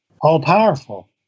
all-powerful